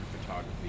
photography